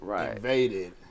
invaded